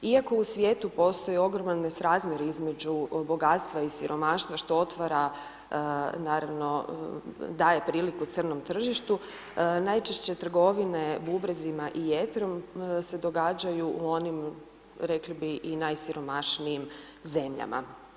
Iako u svijetu postoji ogroman nesrazmjer između bogatstva i siromaštva što otvara, naravno daje priliku crnom tržištu, najčešće trgovine bubrezima i jetrom se događaju u onim rekli bi i najsiromašnijim zemljama.